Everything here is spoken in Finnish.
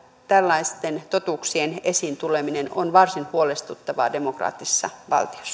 tällaisten totuuksien esiin tuleminen on varsin huolestuttavaa demokraattisessa valtiossa